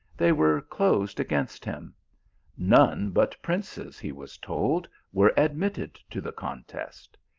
they were closed against him none but princes, he was told, were admitted to the contest.